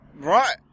right